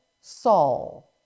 Saul